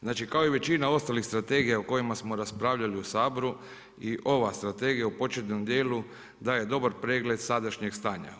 Znači kao i većina ostalih strategija o kojima smo raspravljali u Saboru i ova strategija u početnom dijelu daje dobar pregled sadašnjeg stanja.